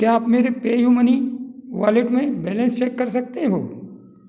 क्या आप मेरे पेयू मनी वॉलेट में बैलेंस चेक कर सकते हो